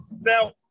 Now